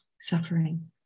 suffering